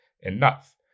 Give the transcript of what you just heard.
enough